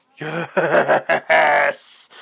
Yes